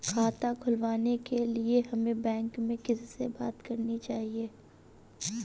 खाता खुलवाने के लिए हमें बैंक में किससे बात करनी चाहिए?